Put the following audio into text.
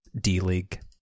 D-League